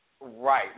right